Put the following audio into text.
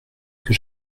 que